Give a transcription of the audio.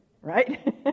right